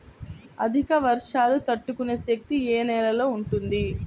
అధిక వర్షాలు తట్టుకునే శక్తి ఏ నేలలో ఉంటుంది?